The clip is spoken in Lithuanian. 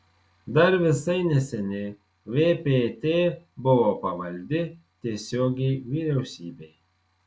dar visai neseniai vpt buvo pavaldi tiesiogiai vyriausybei